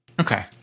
Okay